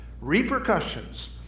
repercussions